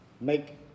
make